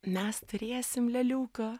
mes turėsim lėliuką